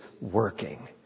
working